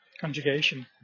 conjugation